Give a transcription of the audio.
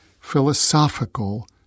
philosophical